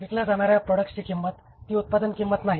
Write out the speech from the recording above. विकल्या जाणार्या प्रॉडक्ट्सची किंमत ती उत्पादन किंमत नाही